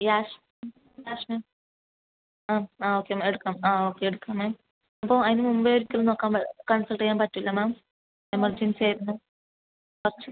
yes yes ma'am ആ ആ okay എടുക്കാം ആ ഓക്കേ എടുക്കാം മാം അപ്പോൾ അതിന് മുമ്പേ ഒരിക്കലും നോക്കാൻ കൺസൾട്ട് ചെയ്യാൻ പറ്റില്ലെ മാം എമർജൻസി ആയിരുന്നു കുറച്ച്